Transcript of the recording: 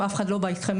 אף אחד לא בא לקרב,